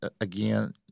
again